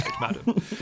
madam